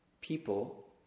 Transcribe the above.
people